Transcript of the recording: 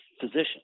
physician